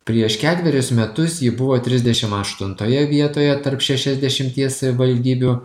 prieš ketverius metus ji buvo trisdešim aštuntoje vietoje tarp šešiasdešimties savivaldybių